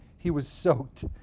he was soaked.